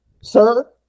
Sir